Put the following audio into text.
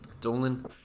Dolan